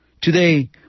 Today